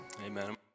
amen